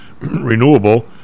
renewable